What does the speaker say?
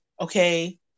Okay